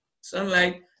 sunlight